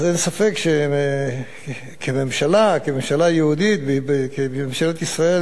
אז אין ספק שכממשלה, כממשלה יהודית, כממשלת ישראל,